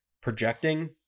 projecting